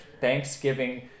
Thanksgiving